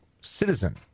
citizen